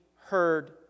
heard